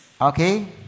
okay